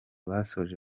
basoje